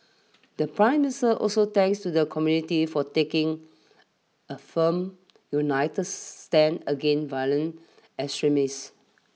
the Prime Minister also thanks to the community for taking a firm united stand against violent extremist